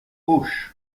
auch